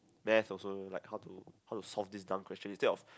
math also like how to how to solve this dumb question instead of